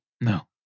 No